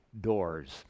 doors